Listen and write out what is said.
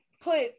put